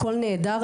הכול נהדר,